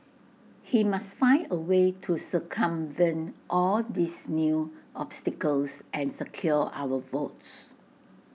he must find A way to circumvent all these new obstacles and secure our votes